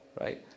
right